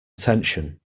attention